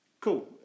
Cool